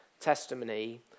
testimony